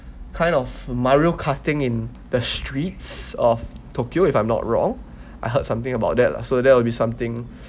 kind of mario carting in the streets of tokyo if I'm not wrong I heard something about that lah so that will be something